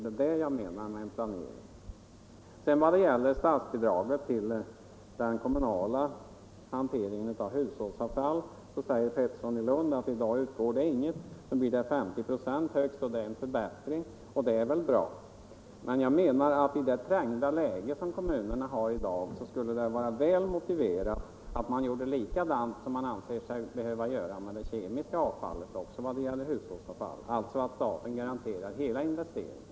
Det är det jag menar med planering. I dag utgår inget statsbidrag till den kommunala hanteringen av hushållsavfall, sade herr Pettersson i Lund. Blir det högst 50 96 är det en förbättring, och det är väl bra. — Men jag menar att i det trängda läge som kommunerna i dag befinner sig i skulle det vara väl motiverat att man gjorde likadant när det gäller hushållsavfallet som man gör när det gäller det kemiska avfallet, alltså att staten garanterar hela investeringen.